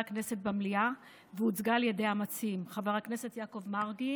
הכנסת במליאה והוצגה על ידי המציעים חבר הכנסת יעקב מרגי